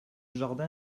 jardin